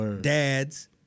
Dad's